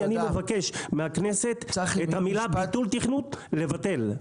אני מבקש מהכנסת את המילים 'ביטול תכנון' לבטל.